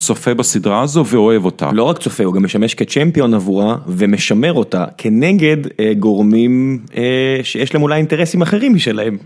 צופה בסדרה הזו ואוהב אותה. לא רק צופה, הוא גם משמש כצ'מפיון עבורה ומשמר אותה כנגד אה.. גורמים אה... שיש להם אולי אינטרסים אחרים משלהם.